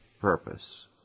purpose